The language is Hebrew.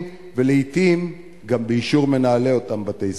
ולעתים גם באישור מנהלי אותם בתי-ספר.